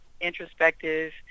introspective